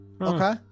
Okay